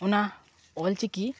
ᱚᱱᱟ ᱚᱞ ᱪᱤᱠᱤ